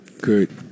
Good